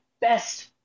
best